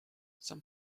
some